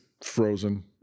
Frozen